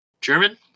German